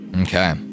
Okay